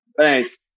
Thanks